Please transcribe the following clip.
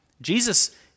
Jesus